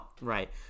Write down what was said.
Right